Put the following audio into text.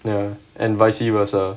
ya and vice versa